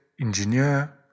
engineer